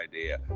idea